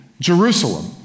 Jerusalem